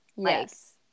yes